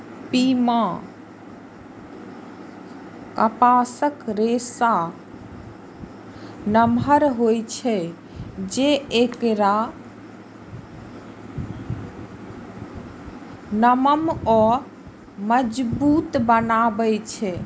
पीमा कपासक रेशा नमहर होइ छै, जे एकरा नरम आ मजबूत बनबै छै